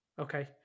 Okay